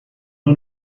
اون